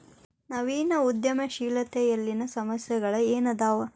ನವೇನ ಉದ್ಯಮಶೇಲತೆಯಲ್ಲಿನ ಸಮಸ್ಯೆಗಳ ಏನದಾವ